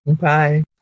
Bye